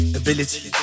ability